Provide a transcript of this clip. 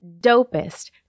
dopest